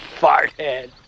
farthead